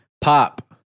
pop